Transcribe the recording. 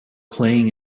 playing